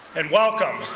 and welcome.